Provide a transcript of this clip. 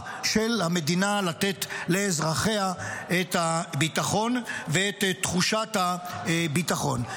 של המדינה לתת לאזרחיה את הביטחון ואת תחושת ביטחון.